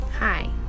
Hi